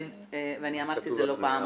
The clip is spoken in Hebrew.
ואני אמרתי את זה לא פעם,